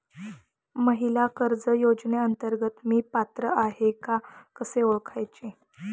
महिला कर्ज योजनेअंतर्गत मी पात्र आहे का कसे ओळखायचे?